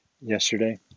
yesterday